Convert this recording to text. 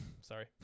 Sorry